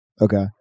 Okay